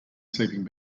sleeping